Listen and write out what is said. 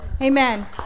Amen